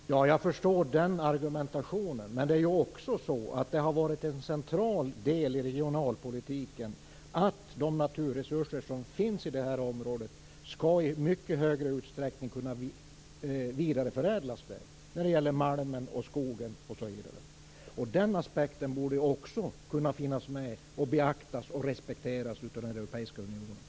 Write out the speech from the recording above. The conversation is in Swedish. Fru talman! Jag förstår den argumentationen. Men det har varit en central del i regionalpolitiken att de naturresurser som finns i det här området i mycket större utsträckning skall vidareförädlas där. Det gäller malmen och skogen. Denna aspekt borde också finnas med, beaktas och respekteras av den europeiska unionen.